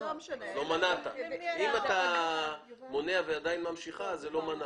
אם אתה מונע והיא עדיין ממשיכה לא מנעת.